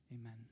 Amen